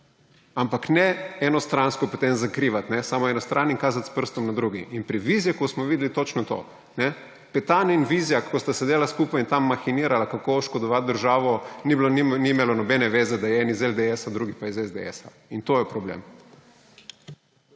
Ampak ne enostransko potem zakrivati samo eno stran in kazati s prstom na drugo. In pri Vizjaku smo videli točno to. Petan in Vizjak, ko sta sedela skupaj in tam mahinirala, kako oškodovati državo, ni imelo nobene zveze, da je en iz LDS, drugi pa iz SDS. In to je problem.